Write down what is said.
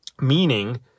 meaning